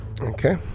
okay